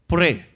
Pray